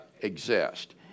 exist